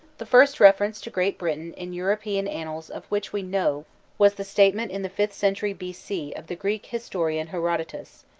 the first reference to great britain in european annals of which we know was the statement in the fifth century b. c. of the greek historian herodotus,